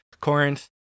Corinth